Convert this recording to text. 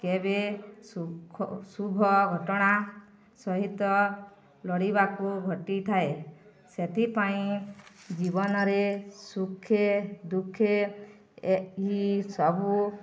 କେବେ ଶୁଭ ଘଟଣା ସହିତ ଲଢ଼ିବାକୁ ଘଟିଥାଏ ସେଥିପାଇଁ ଜୀବନରେ ସୁଖେ ଦୁଃଖେ ଏହି ସବୁ